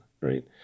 right